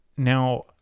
Now